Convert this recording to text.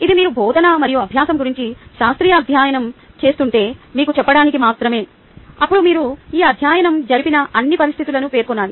ఇది మీరు బోధన మరియు అభ్యాసం గురించి శాస్త్రీయ అధ్యయనం చేస్తుంటే మీకు చెప్పడానికి మాత్రమే అప్పుడు మీరు ఈ అధ్యయనం జరిపిన అన్ని పరిస్థితులను పేర్కొనాలి